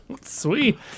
Sweet